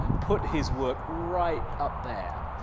put his work right up there,